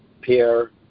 Pierre